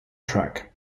track